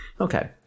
Okay